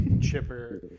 chipper